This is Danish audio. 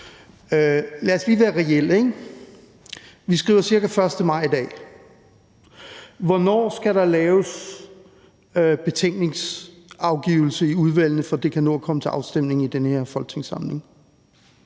Lad os lige være reelle, ikke? Vi skriver ca. 1. maj i dag. Hvornår skal der laves betænkningsafgivelse i udvalgene, for at det kan nå at komme til afstemning i den her folketingssamling?